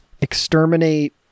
Exterminate